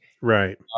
Right